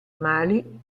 mali